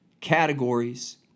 categories